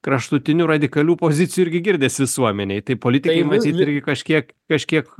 kraštutinių radikalių pozicijų irgi girdis visuomenėj tai politikai matyt irgi kažkiek kažkiek